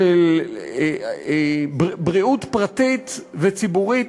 של בריאות פרטית ובריאות ציבורית,